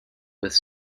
with